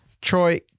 Troy